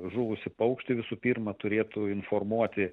žuvusį paukštį visų pirma turėtų informuoti